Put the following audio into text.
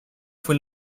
fue